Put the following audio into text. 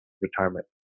retirement